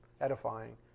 edifying